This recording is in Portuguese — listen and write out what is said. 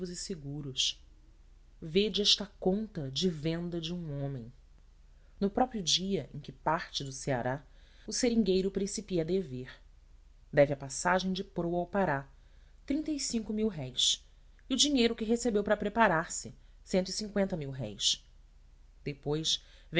e seguros vede esta conta de venda de um homem no próprio dia em que parte do ceará o seringueiro principia a dever deve a passagem de proa até ao para o e o dinheiro que recebeu para preparar se epois